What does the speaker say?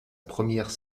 première